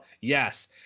Yes